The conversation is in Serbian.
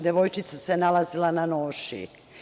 Devojčica se nalazila na noši.